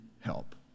help